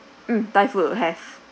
mm thai food we'll have